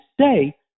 say